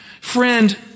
Friend